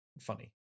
funny